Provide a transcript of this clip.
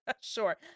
Sure